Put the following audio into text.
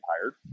hired